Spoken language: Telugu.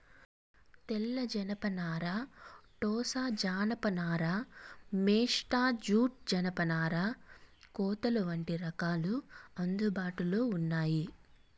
తెల్ల జనపనార, టోసా జానప నార, మేస్టా జూట్, జనపనార కోతలు వంటి రకాలు అందుబాటులో ఉన్నాయి